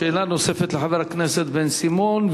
שאלה נוספת לחבר הכנסת בן-סימון,